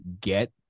get